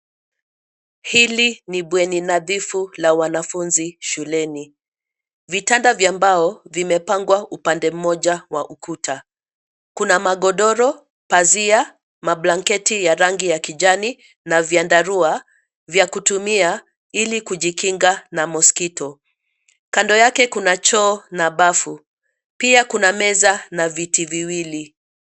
Hili ni bweni nadhifu la wanafunzi shuleni. Vitanda vya mbao vimepangwa upande mmoja wa ukuta. Kuna magodoro, pazia, mablanketi ya rangi ya kijani na vyandarua vya kutumia ili kujikinga na mosquito . Kando yake kuna choo na bafu. Pia kuna meza na viti viwili.